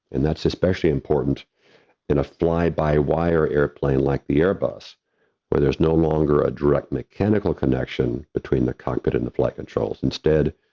and that's especially important in a fly by wire airplane like the airbus where there's no longer a direct mechanical connection between the cockpit and the flight controls. instead,